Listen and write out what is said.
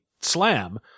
slam